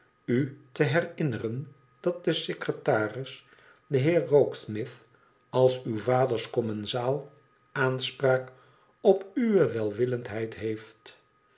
u te herinneren dat de secretaris de heer rokesmith als uw vaders commensaal aanspraak op uwe welwillendheid heeft